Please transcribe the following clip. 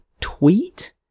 tweet